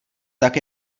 tak